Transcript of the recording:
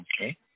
Okay